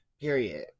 Period